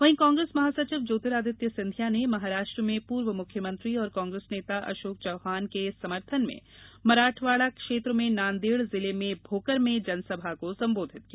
वहीं कांग्रेस महासचिव ज्योतिरादित्य सिंधिया ने महाराष्ट्र में पूर्व मुख्यमंत्री और कांग्रेस नेता अशोक चव्हाण के समर्थन में मराठवाड़ा क्षेत्र में नांदेड़ जिले के भोकर में जनसभा को संबोधित किया